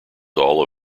all